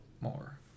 more